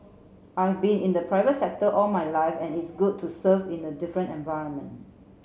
I've been in the private sector all my life and it's good to serve in a different environment